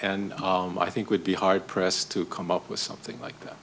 and i think would be hard pressed to come up with something like that